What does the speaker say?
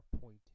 point